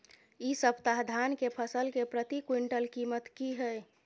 इ सप्ताह धान के फसल के प्रति क्विंटल कीमत की हय?